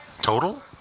total